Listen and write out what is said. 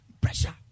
pressure